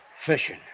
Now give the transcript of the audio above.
Fishing